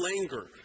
anger